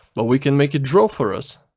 but, we can make it draw for us!